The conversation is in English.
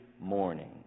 morning